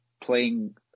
playing